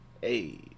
hey